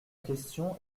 question